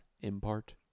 Impart